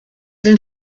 den